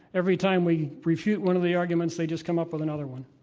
every time we refute one of the arguments they just come up with another one.